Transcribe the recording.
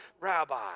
rabbi